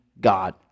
God